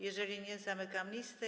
Jeżeli nikt, zamykam listę.